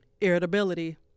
Irritability